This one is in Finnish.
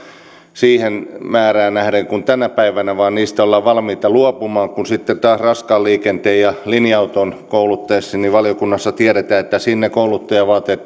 siihen määrään nähden kuin tänä päivänä vaan niistä ollaan valmiita luopumaan kun taas raskaan liikenteen ja linja auton koulutuksesta valiokunnassa tiedetään että sinne kouluttajavaateet